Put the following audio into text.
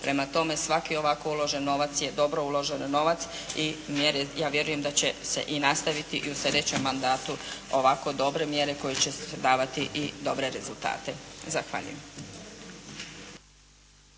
prema tome svaki ovako uložen novac je dobro uložen novac i ja vjerujem da će se i nastaviti i u sljedećem mandatu ovako dobre mjere koje će davati i dobre rezultate. Zahvaljujem.